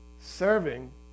serving